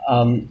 um